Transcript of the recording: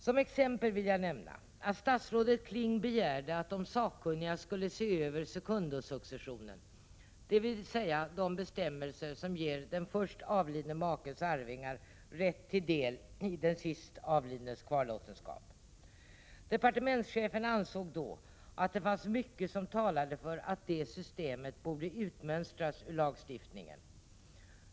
Som exempel vill jag nämna att statsrådet Kling begärde att de sakkunniga skulle se över sekundosuccessionen, dvs. de bestämmelser som ger den först avlidne makens arvingar rätt till del i den sist avlidnes kvarlåtenskap. Departementschefen ansåg då att det fanns mycket som talade för att det systemet borde utmönstras ur lagstiftningen.